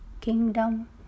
kingdom